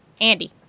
Andy